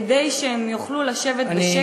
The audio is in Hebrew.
כדי שהם יוכלו לשבת בשקט,